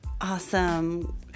awesome